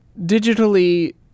Digitally